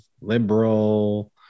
liberal